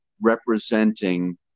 representing